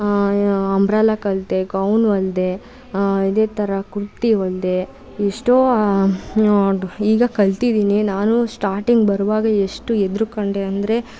umbrella ಕಲಿತೆ gown ಹೊಲ್ದೆ ಅದೇ ಥರ ಕುರ್ತ ಹೊಲ್ದೆ ಎಷ್ಟೋ ಈಗ ಕಲಿತಿದ್ದೀನಿ ನಾನು ಸ್ಟಾರ್ಟಿಂಗ್ ಬರುವಾಗ ಎಷ್ಟು ಹೆದ್ರುಕೊಂಡೆ ಅಂದರೆ